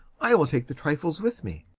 i will take the trifles with me.